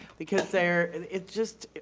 because they're, it's just,